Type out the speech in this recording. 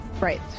Right